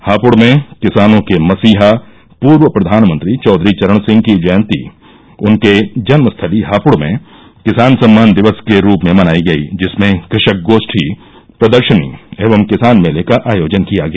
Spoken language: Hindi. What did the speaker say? हापुड़ में किसानों के मसीहा पूर्व प्रधानमंत्री चौधरी चरण सिंह की जयंती उनके जन्म स्थली हापुड़ में किसान सम्मान दिवस के रूप में मनाई गयी जिसमे कृषक गोष्ठी प्रदर्शनी एवं किसान मेले का आयोजन किया गया